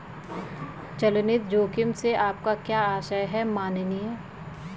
चल निधि जोखिम से आपका क्या आशय है, माननीय?